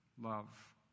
Love